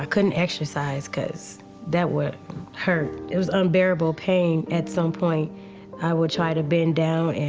ah couldn't exercise because that would hurt. it was unbearable pain. at some point i would try to bend down, and